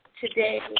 today